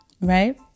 Right